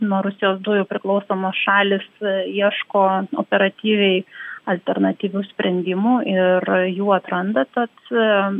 nuo rusijos dujų priklausomos šalys ieško operatyviai alternatyvių sprendimų ir jų atranda tad